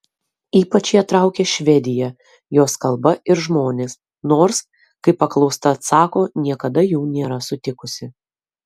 ypač ją traukia švedija jos kalba ir žmonės nors kaip paklausta atsako niekada jų nėra sutikusi